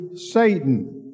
Satan